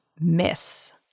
miss